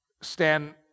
Stan